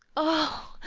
oh,